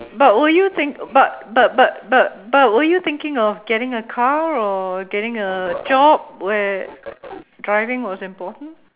but were you think but but but but but were you thinking of getting a car or getting a job where driving was important